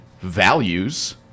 values